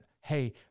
hey